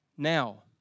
Now